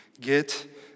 get